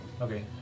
Okay